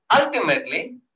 Ultimately